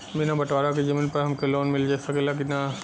बिना बटवारा के जमीन पर हमके लोन मिल सकेला की ना?